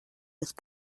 with